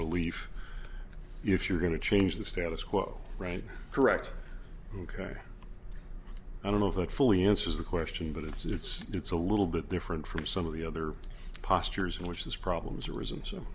relief if you're going to change the status quo brain correct ok i don't know if that fully answers the question but it's it's it's a little bit different from some of the other postures in which these problems are is